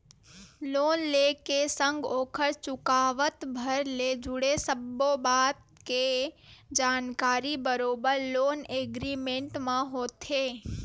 loan ले के संग ओखर चुकावत भर ले जुड़े सब्बो बात के जानकारी बरोबर लोन एग्रीमेंट म होथे